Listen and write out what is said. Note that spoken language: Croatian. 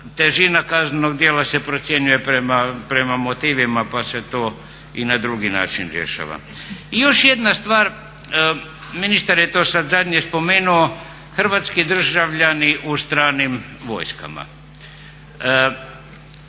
težina kaznenog djela se procjenjuje prema motivima pa se to i na drugi način rješava. I još jedna stvar, ministar je to sad zadnje spomenuo, hrvatski državljani u stranim vojskama.